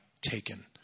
taken